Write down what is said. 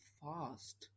fast